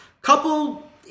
couple